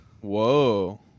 Whoa